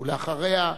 אחריה,